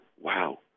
wow